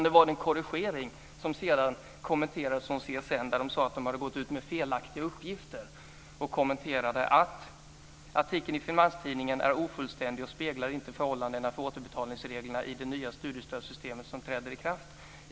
Det var den korrigering som sedan kommenterades från CSN. Man sade att man hade gått ut med felaktiga uppgifter. Man sade vidare att artikeln i Finanstidningen är ofullständig och inte speglar de nya förhållandena för återbetalningsreglerna i det nya studiestödssystemet som träder i kraft.